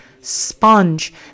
sponge